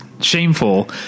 shameful